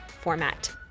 format